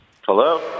Hello